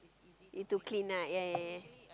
to clean ah ya ya ya